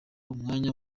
umwanya